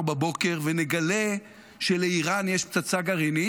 בבוקר ונגלה שלאיראן יש פצצה גרעינית,